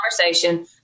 Conversation